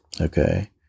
Okay